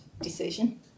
decision